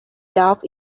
doubts